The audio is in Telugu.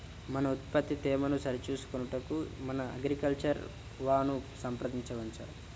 మన ఉత్పత్తి తేమను సరిచూచుకొనుటకు మన అగ్రికల్చర్ వా ను సంప్రదించవచ్చా?